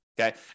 Okay